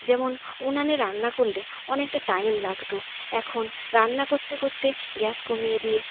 যেমন উনুনে রান্না করলে অনেকটা টাইম লাগতো এখন রান্না করতে করতে গ্যাস কমিয়ে দিয়ে